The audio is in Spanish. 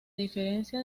diferencia